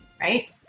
right